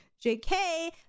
jk